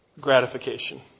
gratification